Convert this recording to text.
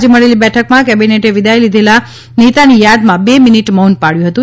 આજે મળેલી બેઠકમાં કેબિનેટે વિદાય લીધેલા નેતાની યાદમાં બે મિનિટ મૌન પાળ્યું હતું